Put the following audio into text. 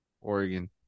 Oregon